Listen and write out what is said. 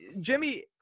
Jimmy –